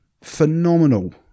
phenomenal